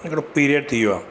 हिकिड़ो पीरियड थी वियो आहे